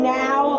now